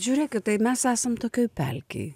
žiūrėkit tai mes esam tokioj pelkėj